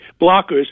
blockers